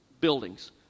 buildings